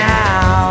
now